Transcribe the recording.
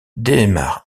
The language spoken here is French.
démarre